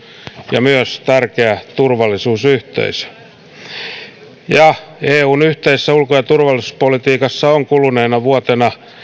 ja myös tärkeä turvallisuusyhteisö eun yhteisessä ulko ja turvallisuuspolitiikassa on kuluneena vuotena